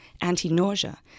anti-nausea